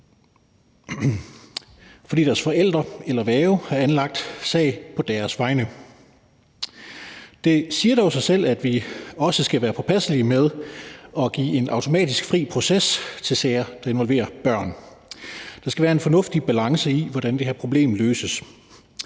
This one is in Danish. fordi deres forældre eller værge har anlagt sag på deres vegne. Det siger dog sig selv, at vi også skal være påpasselige med at give en automatisk fri proces til sager, der involverer børn. Der skal være en fornuftig balance i, hvordan det her problem løses.